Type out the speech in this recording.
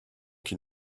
qui